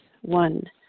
One